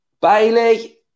Bailey